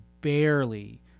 barely